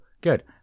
Good